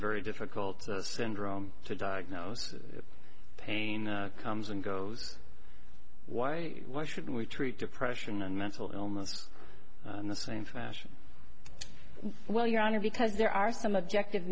very difficult syndrome to diagnose pain comes and goes why should we treat depression and mental illness in the same fashion well your honor because there are some objective